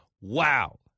Wow